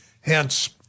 Hence